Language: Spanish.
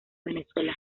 venezuela